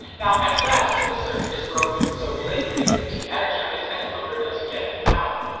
now, at rest, the circuit is broken. so, relay three is de-energized, and the motor doesn't get any power.